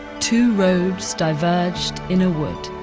two roads diverged in a wood,